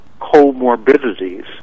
comorbidities